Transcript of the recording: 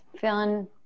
Feeling